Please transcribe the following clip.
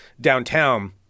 downtown